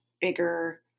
bigger